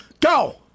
Go